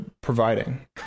providing